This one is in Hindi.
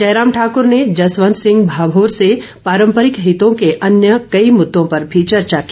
जयराम ठाकुर ने जसवंत सिंह भामोर से पारंपरिक हितों के अन्य कई मुद्दों पर भी चर्चा की